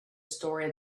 story